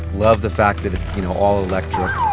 love the fact that it's, you know, all electric,